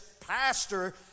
pastor